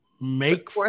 Make